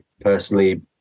personally